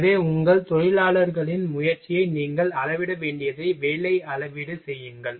எனவே உங்கள் தொழிலாளர்களின் முயற்சியை நீங்கள் அளவிட வேண்டியதை வேலை அளவீடு செய்யுங்கள்